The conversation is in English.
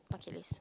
bucket list